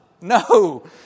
no